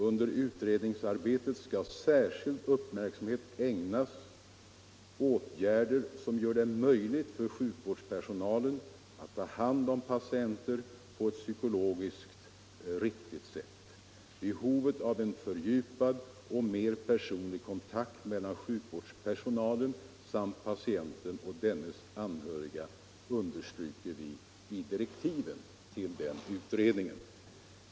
Under utredningsarbetet skall särskild uppmärksamhet ägnas åtgärder som gör det möjligt för sjukvårdspersonalen att ta hand om patienter på ett psykologiskt rikigt sätt. Behovet av en fördjupad och mer personlig kontakt mellan sjukvårdens personal samt patienten och dennes anhöriga understryker vi i direktiven till utredningen.